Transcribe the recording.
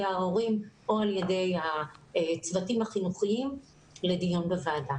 ההורים או על ידי הצוותים החינוכיים לדיון בוועדה.